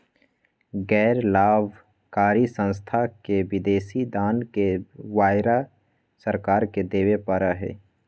गैर लाभकारी संस्था के विदेशी दान के ब्यौरा सरकार के देवा पड़ा हई